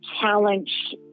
challenge